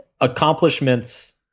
accomplishments